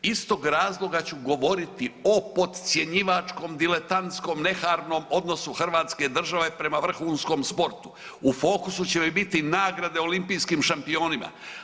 Iz tog razloga ću govoriti o podcjenjivačkom diletantskom nemarnom odnosu Hrvatske države prema vrhunskom sportu u fokusu će mi biti nagrade olimpijskim šampionima.